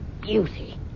beauty